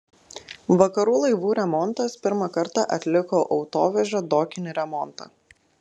vakarų laivų remontas pirmą kartą atliko autovežio dokinį remontą